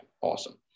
awesome